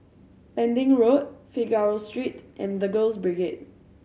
Pending Road Figaro Street and The Girls Brigade